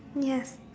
ya